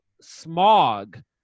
smog